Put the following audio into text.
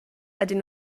ydyn